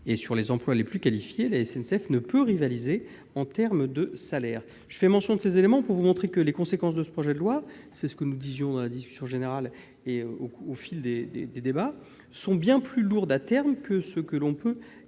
Pour les emplois les plus qualifiés, la SNCF ne peut rivaliser en termes de salaire. Je fais mention de ces éléments pour vous montrer que les conséquences de ce projet de loi, comme nous l'avons relevé dans la discussion générale et au fil du débat, sont bien plus lourdes à terme que ce que l'on peut imaginer.